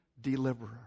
deliverer